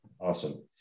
Awesome